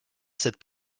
cette